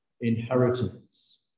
inheritance